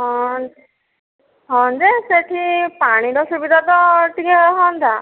ହଁ ହଁ ଯେ ସେଠି ପାଣିର ସୁବିଧା ତ ଟିକେ ହୁଅନ୍ତା